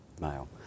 male